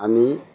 আমি